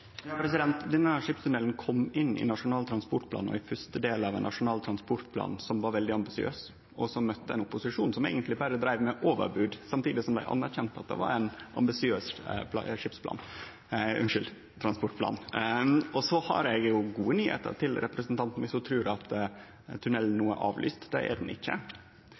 Denne skipstunnelen kom inn i ein nasjonal transportplan, i fyrste del av ein nasjonal transportplan, som var veldig ambisiøs, og ein møtte då ein opposisjon som eigentleg berre dreiv med overbod, samtidig som dei anerkjende at det var ein ambisiøs transportplan. Så har eg gode nyheiter til representanten – viss ho trur at tunnelen no er avlyst. Det er han ikkje.